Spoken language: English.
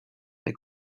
they